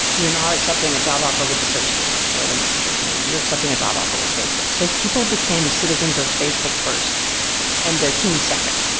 you're not accepting a job offer with the search team, or the messenger team, you're accepting a job offer with facebook. so people became citizens of facebook first and their team second,